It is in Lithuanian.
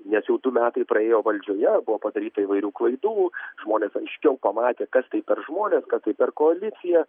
nes jau du metai praėjo valdžioje buvo padaryta įvairių klaidų žmonės aiškiau pamatė kas tai per žmonės kas tai per koalicija